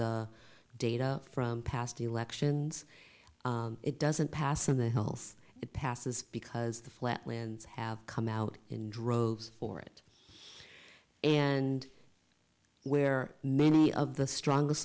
the data from past elections it doesn't pass in the health it passes because the flatlands have come out in droves for it and where many of the strongest